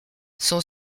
son